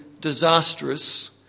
disastrous